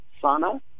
Sana